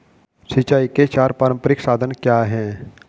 सिंचाई के चार पारंपरिक साधन क्या हैं?